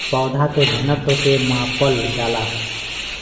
पौधा के घनत्व के मापल जाला